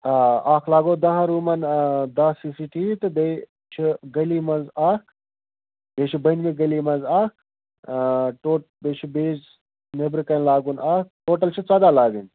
آ اکھ لاگو دَہَن روٗمَن آ دَہ سی سی ٹی وی تہٕ بیٚیہِ چھِ گلی مَنٛز اکھ بیٚیہِ چھِ بۅنمہِ گلی مَنٛز اکھ آ ٹو بیٚیہ چھِ بیٚیہِ نیٚبرٕ کَنہِ لاگُن اَکھ ٹوٹَل چھ ژۄداہ لاگٕنۍ